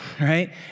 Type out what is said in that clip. right